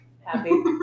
happy